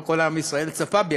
לא כל עם ישראל צפה בי,